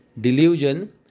Delusion